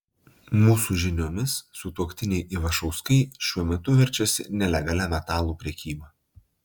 mūsų žiniomis sutuoktiniai ivašauskai šiuo metu verčiasi nelegalia metalų prekyba